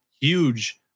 huge